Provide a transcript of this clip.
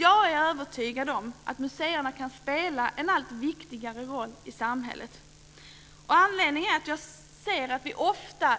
Jag är övertygad om att museerna kan spela en allt viktigare roll i samhället. Vi får